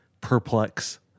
Perplex